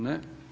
Ne.